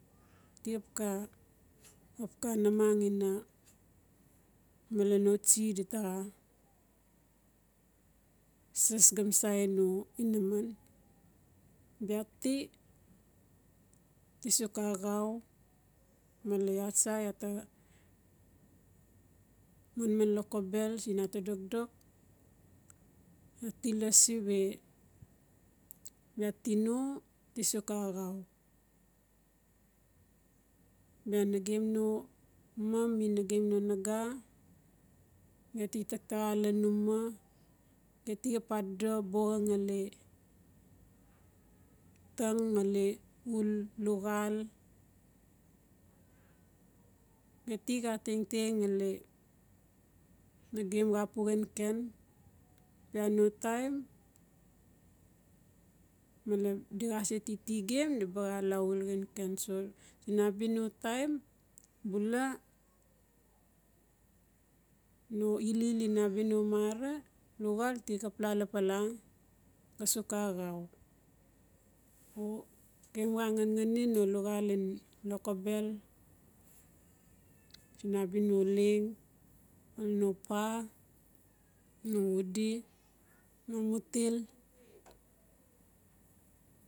Tixap xa xapka namang ina male no tsie dita xa saas gomsai no inaman. Bia ti tisuk axau male iaa tsa iaa ta manman lokobel siin iaa ta dokdok ti lasi we bia tino tisuk axau bia nagem no mom ni nagem no naga geti taktaxa lan uma geti xap adodo buxa ngali tang ngali uul luxal. Heta xa tengteng ngali nagem xapu xenken bia no taim male di xase titi gem nabaxala uul xenken siin abia no taim bula no ilil ina bia no mara luxal in lokobel siin abia no leng no paa no udi no mutil.